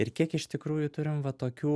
ir kiek iš tikrųjų turim va tokių